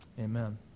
Amen